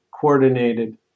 coordinated